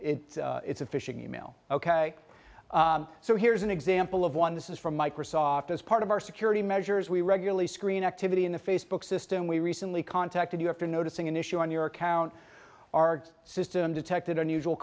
if it's a phishing e mail ok so here's an example of one this is from microsoft as part of our security measures we regularly screen activity in the facebook system we recently contacted you after noticing an issue on your account our system detected unusual